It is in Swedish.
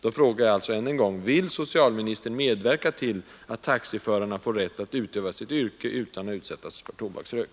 Jag frågar alltså: Vill socialministern medverka till att taxiförarna får rätt att utöva sitt yrke utan att utsättas för tobaksrök?